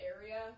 area